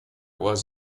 was